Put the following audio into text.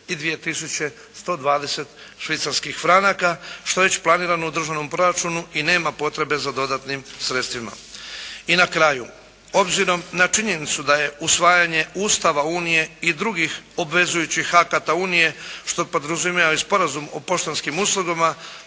I na kraju, obzirom na činjenicu da je usvajanje Ustava Unije i drugih obvezujućih akata Unije, što podrazumijeva i Sporazum o poštanskim uslugama,